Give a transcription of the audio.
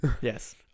Yes